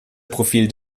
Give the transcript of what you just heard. profil